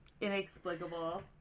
inexplicable